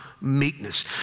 meekness